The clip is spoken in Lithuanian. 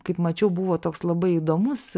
kaip mačiau buvo toks labai įdomus